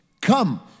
come